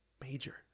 Major